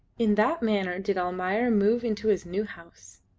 in that manner did almayer move into his new house.